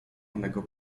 onego